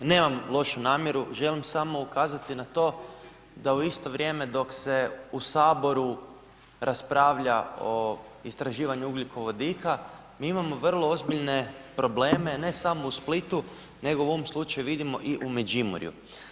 Nemam lošu namjeru želim samo ukazati na to da u isto vrijeme dok se u saboru raspravlja o istraživanju ugljikovodika, mi imamo vrlo ozbiljne probleme ne samo u Splitu nego u ovom slučaju vidimo i u Međimurju.